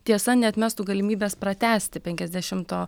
tiesa neatmestų galimybės pratęsti penkiasdešimo